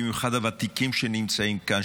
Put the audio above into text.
במיוחד הוותיקים שנמצאים כאן,